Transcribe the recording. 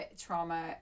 trauma